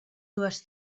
dues